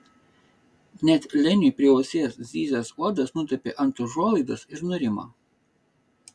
net leniui prie ausies zyzęs uodas nutūpė ant užuolaidos ir nurimo